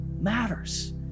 matters